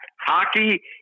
hockey